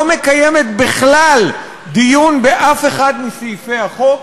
מקיימת בכלל דיון באף אחד מסעיפי החוק